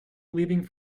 leaving